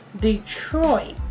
Detroit